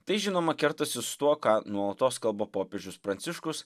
tai žinoma kertasi su tuo ką nuolatos kalba popiežius pranciškus